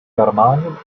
germanium